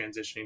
transitioning